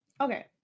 Okay